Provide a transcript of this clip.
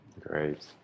great